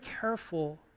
careful